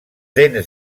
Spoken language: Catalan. dents